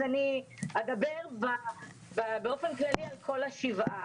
אז אני אדבר באופן כללי על כל השבעה.